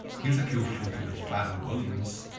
here's a cool photo with pharrell williams.